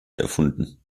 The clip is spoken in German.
erfunden